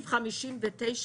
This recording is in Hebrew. אני לא מסכים איתך